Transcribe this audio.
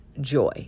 Joy